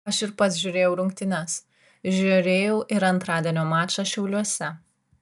aš ir pats žiūrėjau rungtynes žiūrėjau ir antradienio mačą šiauliuose